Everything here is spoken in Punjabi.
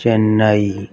ਚੇਨੱਈ